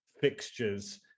fixtures